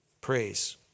praise